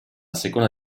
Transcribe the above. seconda